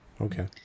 Okay